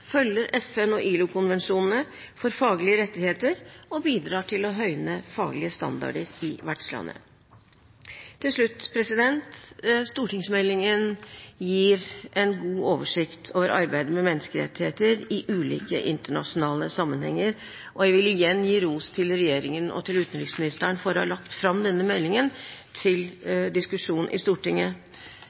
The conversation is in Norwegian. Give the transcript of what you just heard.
følger FN og ILO-konvensjonene for faglige rettigheter og bidrar til å høyne faglige standarder i vertslandet. Til slutt: Stortingsmeldingen gir en god oversikt over arbeidet med menneskerettigheter i ulike internasjonale sammenhenger, og jeg vil igjen gi ros til regjeringen og til utenriksministeren for å ha lagt fram denne meldingen til diskusjon i Stortinget.